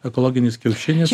ekologinis kiaušinis